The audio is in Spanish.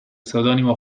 seudónimo